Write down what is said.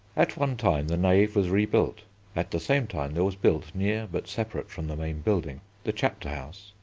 at one time the nave was rebuilt at the same time there was built, near but separate from the main building, the chapter house,